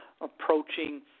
approaching